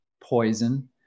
poison